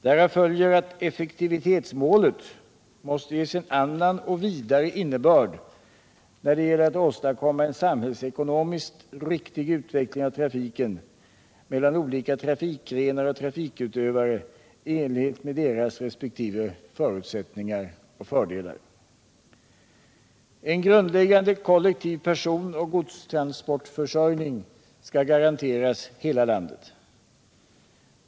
Därav följer att effektivitetsmålet måste ges en annan och vidare innebörd när det gäller att åstadkomma en samhällsekonomiskt riktig utveckling av trafiken mellan olika trafikgrenar och trafikutövare i enlighet med deras resp. förutsättningar och fördelar. En grundläggande kollektiv personoch godstransportförsörjning skall garanteras hela landet.